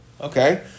Okay